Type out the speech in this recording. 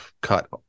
cut